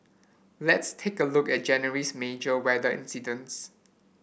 let's take a look at January's major weather incidents